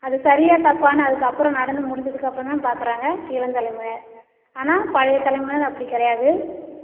அது சரியா தப்பான்னு அதுக்கப்புறம் நடந்து முடிஞ்சதுக்கப்புறம்தான் பார்க்கறாங்க இளம் தலைமுறையினர் ஆனால் பழைய தலைமுறையினர் அப்படி கிடையாது